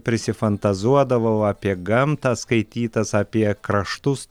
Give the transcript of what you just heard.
prisifantazuodavau apie gamtą skaitytas apie kraštus